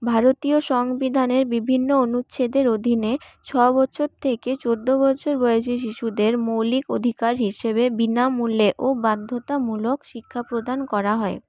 ভারতীয় সংবিধানের বিভিন্ন অনুচ্ছেদের অধীনে ছ বছর থেকে চৌদ্দ বছর বয়সি শিশুদের মৌলিক অধিকার হিসেবে বিনামূল্যে ও বাধ্যতামূলক শিক্ষাপ্রদান করা হয়